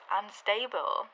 unstable